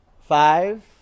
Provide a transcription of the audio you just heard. five